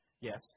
Yes